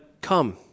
Come